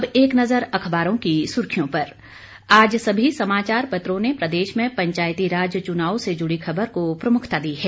अब एक नजर अखबारों की सुर्खियों पर आज सभी समाचार पत्रों ने प्रदेश में पंचायतीराज चुनाव से जुड़ी खबर को प्रमुखता दी है